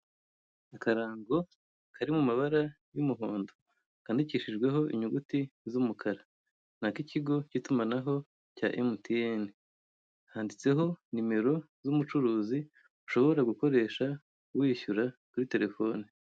Akarango kari mu mabara y'umuhondo kandikishijweho inyuguti z'umukara ni ak'ikigo cy'itumanaho cya MTN, handitseho nimero z'umucuruzi ushobora gukoresha wishyura kuri telefone.